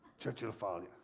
churchill falls,